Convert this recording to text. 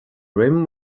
rim